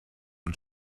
und